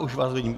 Už vás vidím.